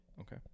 Okay